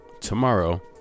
tomorrow